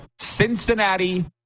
Cincinnati